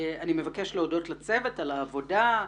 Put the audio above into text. אני מבקש להודות לצוות על העבודה,